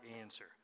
answer